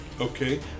Okay